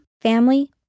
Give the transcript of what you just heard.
family